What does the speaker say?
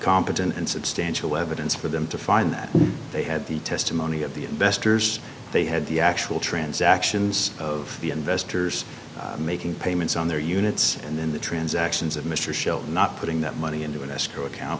competent and substantial evidence for them to find that they had the testimony of the investors they had the actual transactions of the investors making payments on their units and in the transactions of mr show not putting that money into an escrow account